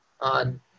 on